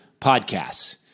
podcasts